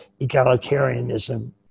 egalitarianism